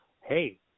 hey